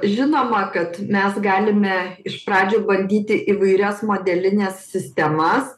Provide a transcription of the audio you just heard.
žinoma kad mes galime iš pradžių bandyti įvairias modelines sistemas